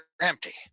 empty